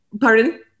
Pardon